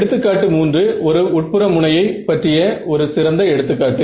எடுத்துக்காட்டு 3 ஒரு உட்புற முனையை பற்றிய ஒரு சிறந்த எடுத்துக்காட்டு